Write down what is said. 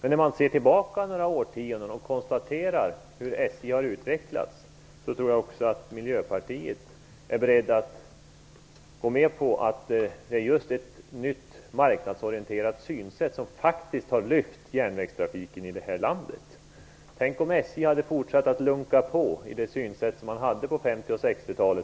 När man ser tillbaka några årtionden och konstaterar hur SJ har utvecklats tror jag också att Miljöpartiet är berett att gå med på att det är just ett nytt marknadsorienterat synsätt som har lyft järnvägstrafiken i det här landet. Tänk om SJ hade fortsatt att lunka på i det synsätt som man hade på 50 och 60-talet.